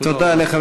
תודה רבה.